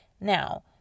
Now